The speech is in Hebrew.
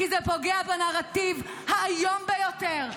כי זה פוגע בנרטיב האיום ביותר,